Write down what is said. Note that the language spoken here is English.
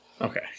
Okay